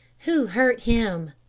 who hurt him?